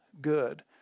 good